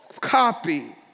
copy